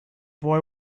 boy